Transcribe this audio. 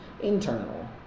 internal